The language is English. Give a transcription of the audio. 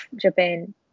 Japan